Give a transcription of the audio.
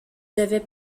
devait